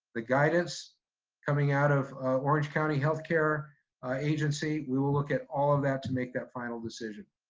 the guidance coming out of orange county healthcare agency. we will look at all of that to make that final decision.